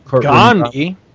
Gandhi